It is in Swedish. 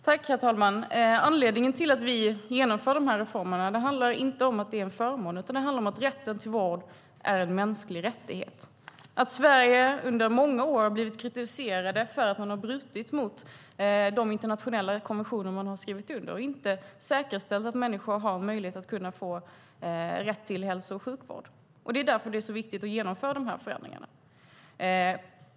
Herr talman! Anledningen till att vi vill genomföra de här reformerna handlar inte om att det är en förmån, utan det handlar om att rätten till vård är en mänsklig rättighet. Sverige har under många år blivit kritiserat för att ha brutit mot de internationella konventioner man har skrivit under och inte säkerställt att människor har en möjlighet att få rätt till hälso och sjukvård. Det är därför det är så viktigt att genomföra de här förändringarna.